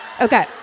Okay